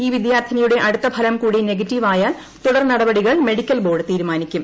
ഈ വിദ്യാർഥിനിയുടെ അടുത്ത ഫലം കൂടി നെഗറ്റീവ് ആയാൽ തുടർനടപടികൾ മെഡിക്കൽ ബോർഡ് തീരുമാനിക്കും